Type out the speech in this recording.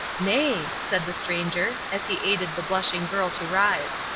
nay, said the stranger, as he aided the blushing girl to rise,